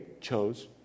chose